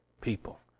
people